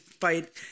fight